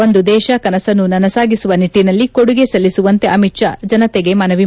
ಒಂದು ದೇಶ ಕನಸನ್ನು ನನಸಾಗಿಸುವ ನಿಟ್ಟನಲ್ಲಿ ಕೊಡುಗೆ ಸಲ್ಲಿಸುವಂತೆ ಅಮಿತ್ ಷಾ ಜನತೆಗೆ ಮನವಿ ಮಾಡಿದರು